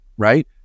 right